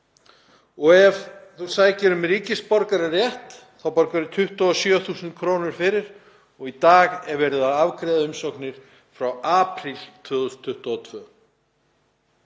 Og ef þú sækir um ríkisborgararétt þá borgarðu 27.000 kr. fyrir og í dag er verið að afgreiða umsóknir frá apríl 2022.